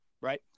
right